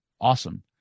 Awesome